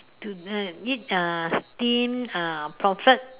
tonight eat uh steamed uh pomfret